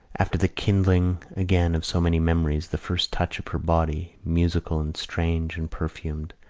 after the kindling again of so many memories, the first touch of her body, musical and strange and perfumed,